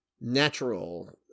natural